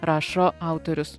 rašo autorius